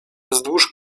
wzdłuż